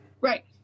Right